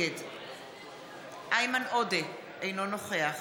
נגד איימן עודה, אינו נוכח